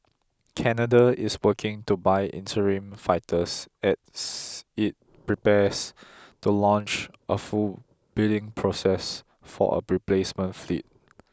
Canada is working to buy interim fighters as it prepares to launch a full bidding process for a replacement fleet